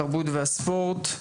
התרבות והספורט,